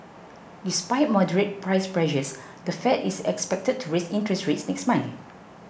despite moderate price pressures the Fed is expected to raise interest rates next month